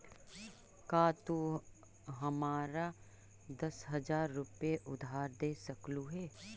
का तू हमारा दस हज़ार रूपए उधार दे सकलू हे?